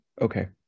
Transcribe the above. okay